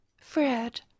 Fred